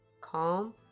calm